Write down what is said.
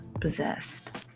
possessed